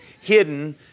hidden